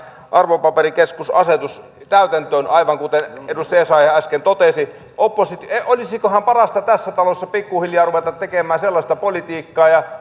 arvopaperikeskusasetus täytäntöön aivan kuten edustaja essayah äsken totesi olisikohan parasta tässä talossa pikkuhiljaa ruveta tekemään sellaista politiikkaa ja